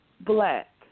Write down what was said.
Black